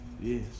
Yes